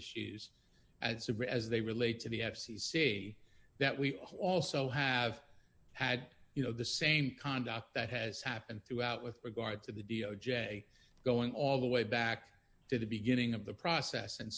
issues as a bridge as they relate to the f c c that we also have had you know the same conduct that has happened throughout with regard to the d o j going all the way back to the beginning of the process and